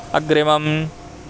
अग्रिमम्